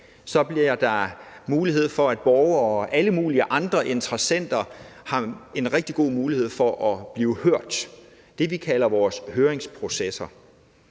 der bliver fremsat her, så har borgere og alle mulige andre interessenter en rigtig god mulighed for at blive hørt. Det er det, vi kalder vores høringsprocesser.